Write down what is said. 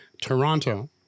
Toronto